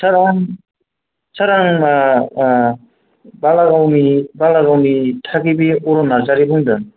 सार आं सार आंना बालागावनि थागिबि अरन नार्जारि बुंदों